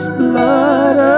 blood